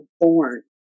born